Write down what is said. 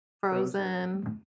Frozen